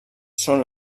són